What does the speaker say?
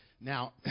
Now